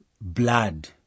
blood